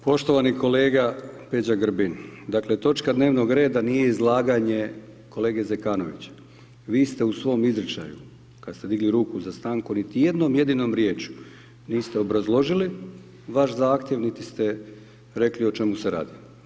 Poštovani kolega Peđa Grbin, dakle, točka dnevnog reda, nije izlaganje kolege Zekanovića, vi ste u svom izričaju, kada ste digli ruku za stanku, niti jednom jedinom riječju niste obrazložili vaš zahtjev niti ste rekli o čemu se radi.